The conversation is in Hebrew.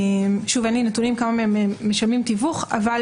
אין לי נתונים כמה משלמים תיווך, אבל